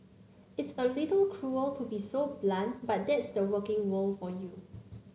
it's a little cruel to be so blunt but that's the working world for you